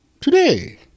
Today